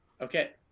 Okay